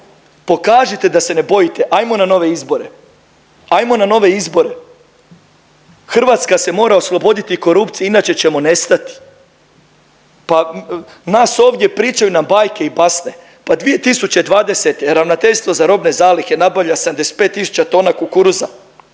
Pokažite da se ne bojite, ajmo na nove izbore. Ajmo na nove izbore. Hrvatska se mora osloboditi korupcije inače ćemo nestati, pa nas ovdje pričaju nam bajke i basne, pa 2020. Ravnateljstvo za robne zalihe nabavlja 75 tisuća tona kukuruza